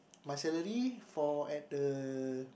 my salary for at the